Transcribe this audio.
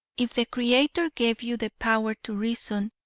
if the creator gave you the power to reason,